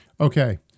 Okay